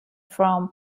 from